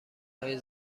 های